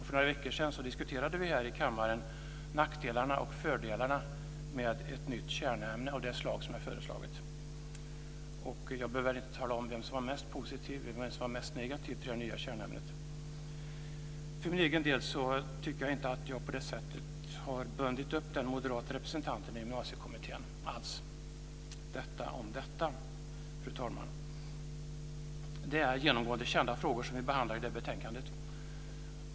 För några veckor sedan diskuterade vi här i kammaren nackdelarna och fördelarna med ett nytt kärnämne av det slag som är föreslaget. Jag behöver väl inte tala om vem som var mest positiv och vem som var mest negativ till det nya kärnämnet. För egen del tycker jag inte att jag på det sättet har bundit upp den moderate representanten i Gymnasiekommittén alls. Detta om detta, fru talman! Det är genomgående kända frågor vi behandlar i detta betänkande.